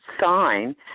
sign